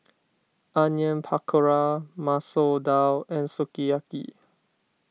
Onion Pakora Masoor Dal and Sukiyaki